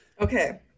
okay